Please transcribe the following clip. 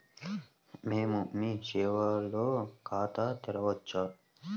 మేము మీ సేవలో ఖాతా తెరవవచ్చా?